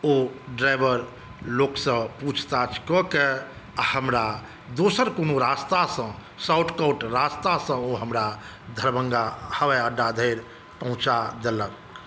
ओ driver लोकसँ पुछताछ कए कऽ आओर हमरा दोसर कोनो रास्तासँ शॉर्टकट रास्तासँ ओ हमरा दरभङ्गा हवाईअड्डा धरि पहुँचा देलक